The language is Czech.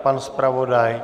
Pan zpravodaj?